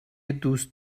دوست